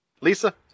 Lisa